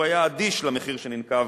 הוא היה אדיש למחיר שננקב